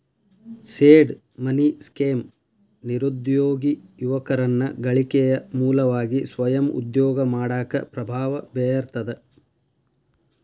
seed money scheme ನಿರುದ್ಯೋಗಿ ಯುವಕರನ್ನ ಗಳಿಕೆಯ ಮೂಲವಾಗಿ ಸ್ವಯಂ ಉದ್ಯೋಗ ಮಾಡಾಕ ಪ್ರಭಾವ ಬೇರ್ತದ